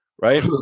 Right